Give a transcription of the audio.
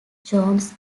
jones